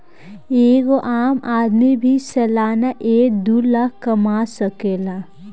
एगो आम आदमी भी सालाना एक दू लाख कमा सकेला